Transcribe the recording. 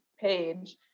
page